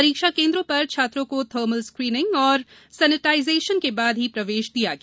परीक्षा केन्द्रों पर छात्रों को थर्मल स्किनिंग और सेनेटाइज के बाद ही प्रवेश दिया गया